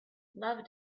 love